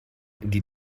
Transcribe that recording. die